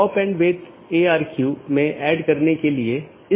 तो इस मामले में यह 14 की बात है